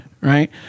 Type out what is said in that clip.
Right